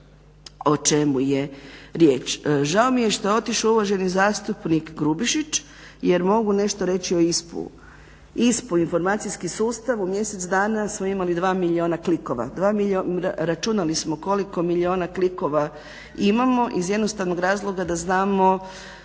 o čemu je riječ. Žao mi je što je otišao uvaženi zastupnik Grubišić jer mogu nešto reći o ISPU-u. ISPU, informacijski sustav, u mjesec dana smo imali 2 milijuna klikova. Računali smo koliko milijuna klikova imamo iz jednostavnog razloga da znamo